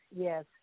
yes